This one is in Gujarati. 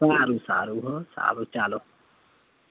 સારું સારું હ સારું ચાલો